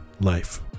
life